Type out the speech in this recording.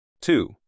Two